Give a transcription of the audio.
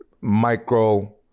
micro